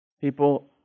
People